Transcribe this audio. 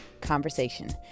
conversation